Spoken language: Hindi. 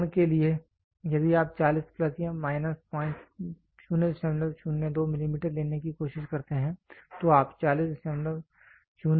उदाहरण के लिए यदि आप 40 प्लस या माइनस 002 मिलीमीटर लेने की कोशिश करते हैं